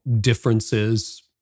differences